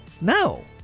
no